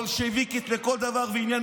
בולשביקית לכל דבר ועניין.